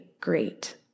great